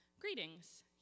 Greetings